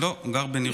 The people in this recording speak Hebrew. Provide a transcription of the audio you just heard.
לא, הוא גר בניר עוז.